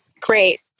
Great